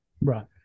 Right